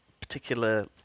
particular